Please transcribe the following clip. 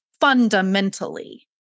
fundamentally